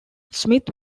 smith